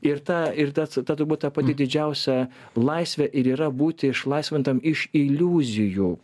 ir ta ir ta ta turbūt ta pati didžiausia laisvė ir yra būti išlaisvintam iš iliuzijų